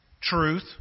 truth